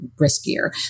riskier